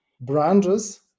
branches